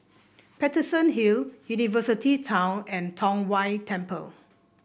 Paterson Hill University Town and Tong Whye Temple